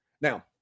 Now